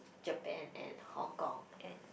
Japan and Hong Kong and